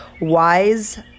wise